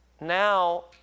now